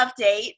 update